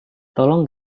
tolong